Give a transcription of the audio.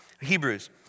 Hebrews